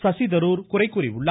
சசி தருர் குறை கூறியுள்ளார்